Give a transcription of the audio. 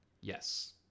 Yes